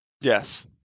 Yes